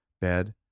bed